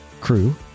Crew